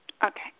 Okay